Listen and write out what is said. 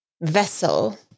vessel